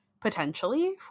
potentially